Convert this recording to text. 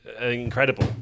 incredible